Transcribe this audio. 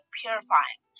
purifying